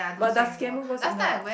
but does Gem-Boon goes indoor or not